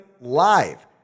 live